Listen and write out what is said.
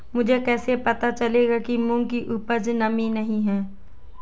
मुझे कैसे पता चलेगा कि मूंग की उपज में नमी नहीं है?